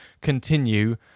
continue